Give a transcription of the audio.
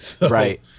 Right